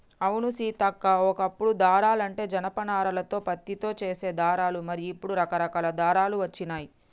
అవును సీతక్క ఓ కప్పుడు దారాలంటే జనప నారాలతో పత్తితో చేసే దారాలు మరి ఇప్పుడు రకరకాల దారాలు వచ్చినాయి